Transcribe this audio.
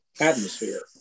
atmosphere